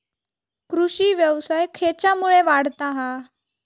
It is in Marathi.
कृषीव्यवसाय खेच्यामुळे वाढता हा?